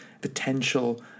potential